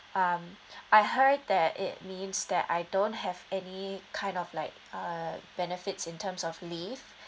um I heard that it means that I don't have any kind of like uh benefits in terms of leave